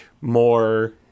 more